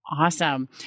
Awesome